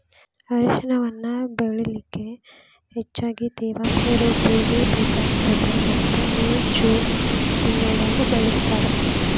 ಅರಿಶಿಣವನ್ನ ಬೆಳಿಲಿಕ ಹೆಚ್ಚಗಿ ತೇವಾಂಶ ಇರೋ ಭೂಮಿ ಬೇಕಾಗತದ ಮತ್ತ ಮೇ, ಜೂನ್ ತಿಂಗಳನ್ಯಾಗ ಬೆಳಿಸ್ತಾರ